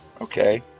Okay